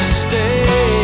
stay